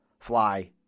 fly